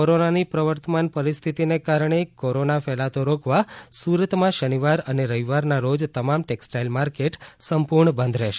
કોરોનાની પ્રવર્તમાન પરિસ્થિતિને કારણે કોરોના ફેલાતો રોકવા સુરતમાં આ શનિવાર અને રવિવારના રોજ તમામ ટેક્સટાઇલ માર્કેટ સંપૂર્ણ બંધ રહેશે